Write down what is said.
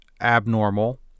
abnormal